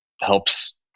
helps